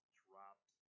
dropped